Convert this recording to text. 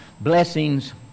blessings